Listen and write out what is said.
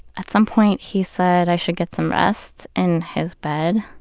at some point he said i should get some rest in his bed.